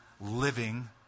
living